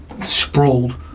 sprawled